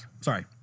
Sorry